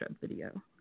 video